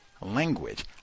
language